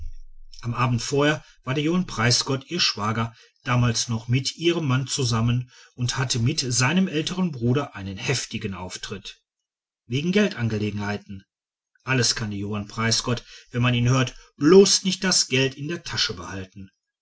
am abend vorher war der johann preisgott ihr schwager damals noch mit ihrem mann zusammen und hatte mit seinem älteren bruder einen heftigen auftritt wegen geldangelegenheiten alles kann der johann preisgott wenn man ihn hört bloß nicht das geld in der tasche behalten